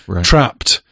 trapped